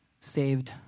saved